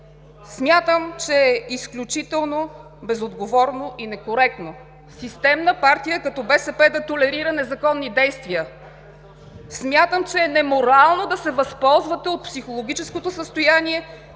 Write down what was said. Смятам, че е изключително безотговорно и некоректно системна партия като БСП да толерира незаконни действия. Смятам, че е неморално да се възползвате от психологическото състояние